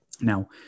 now